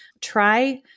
Try